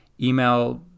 email